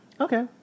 okay